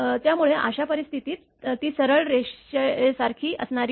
त्यामुळे अशा परिस्थितीत ती सरळ रेषेसारखी असणार नाही